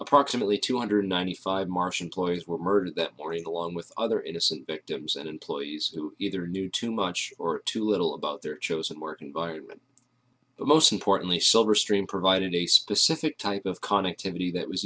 approximately two hundred ninety five martian ploys were murdered that morning along with other innocent victims and employees who either knew too much or too little about their chosen work environment most importantly silver stream provided a specific type of conic t v that was